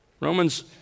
Romans